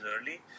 early